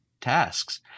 tasks